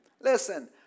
Listen